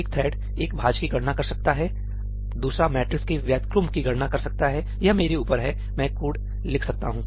एक थ्रेड्एक भाज्य की गणना कर सकता है दूसरा मैट्रिक्स के व्युत्क्रम की गणना कर सकता है यह मेरे ऊपर है मैं कोड लिख सकता हूं